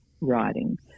writing